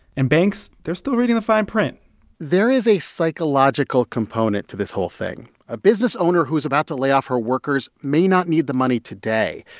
and banks they're still reading the fine print there is a psychological component to this whole thing. a business owner who is about to lay off her workers may not need the money today,